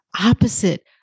opposite